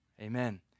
Amen